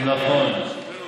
נכון.